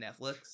Netflix